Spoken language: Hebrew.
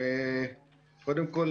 קודם כול,